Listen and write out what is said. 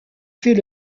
fait